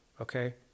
Okay